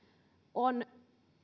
on